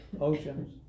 oceans